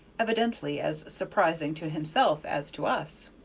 evidently as surprising to himself as to us.